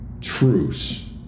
truce